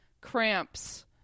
cramps